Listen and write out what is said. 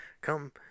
come